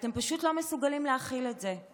אתם פשוט לא מסוגלים להכיל את זה,